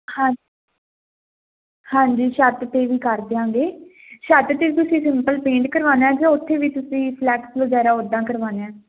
ਹਾਂਜ ਹਾਂਜੀ ਛੱਤ 'ਤੇ ਵੀ ਕਰ ਦਿਆਂਗੇ ਛੱਤ 'ਤੇ ਤੁਸੀਂ ਸਿੰਪਲ ਪੇਂਟ ਕਰਵਾਉਣਾ ਜਾਂ ਉੱਥੇ ਵੀ ਤੁਸੀਂ ਫਲੈਕਸ ਵਗੈਰਾ ਉੱਦਾਂ ਕਰਵਾਉਣਾ